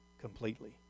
completely